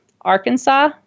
Arkansas